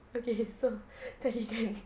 okay so tadi kan